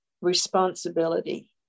responsibility